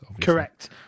Correct